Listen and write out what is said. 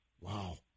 Wow